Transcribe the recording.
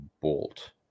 bolt